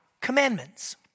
commandments